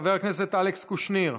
חבר הכנסת אלכס קושניר,